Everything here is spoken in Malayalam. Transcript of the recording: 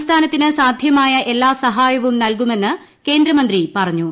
സംസ്ഥാനത്തിന് സാധ്യമായ എല്ലാ സഹായവും നൽകുമെന്ന് കേന്ദ്രമന്ത്രി പറഞ്ഞു